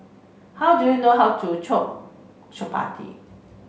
how do you know how to Chapati